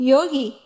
Yogi